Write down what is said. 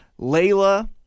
Layla